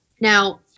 Now